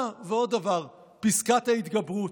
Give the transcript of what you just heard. אה, ועוד דבר: פסקת ההתגברות.